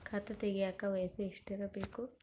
ಖಾತೆ ತೆಗೆಯಕ ವಯಸ್ಸು ಎಷ್ಟಿರಬೇಕು?